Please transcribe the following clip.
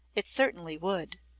it certainly would.